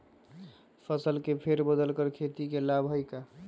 फसल के फेर बदल कर खेती के लाभ है का?